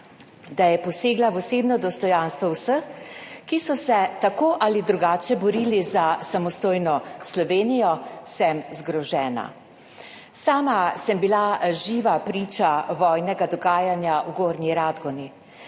da je posegla v osebno dostojanstvo vseh, ki so se tako ali drugače borili za samostojno Slovenijo, sem zgrožena. Sama sem bila živa priča vojnega dogajanja v Gornji Radgoni,